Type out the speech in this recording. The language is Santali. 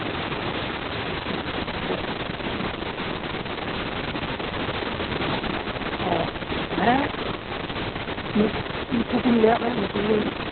ᱚ ᱦᱮᱸ ᱤᱭᱟᱹ ᱩᱝᱠᱩ ᱠᱩᱧ ᱞᱟᱹᱭᱟᱫ ᱢᱮ ᱩᱝᱠᱩ ᱠᱚ